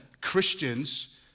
Christians